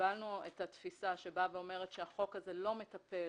קיבלנו את התפיסה שבאה ואומרת שהחוק הזה לא מטפל